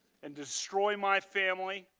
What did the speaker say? and destroy my family,